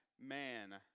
man